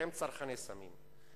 שהם צרכני סמים,